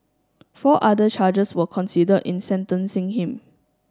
four other charges were considered in sentencing him